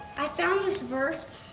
i found this verse.